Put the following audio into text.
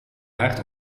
hard